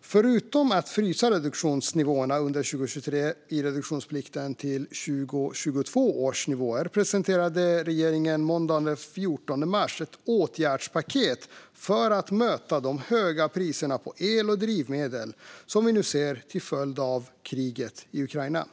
Förutom att frysa reduktionsnivåerna under 2023 i reduktionsplikten till 2022 års nivåer presenterade regeringen måndagen den 14 mars ett åtgärdspaket för att möta de höga priser på el och drivmedel som vi nu ser till följd av kriget i Ukraina.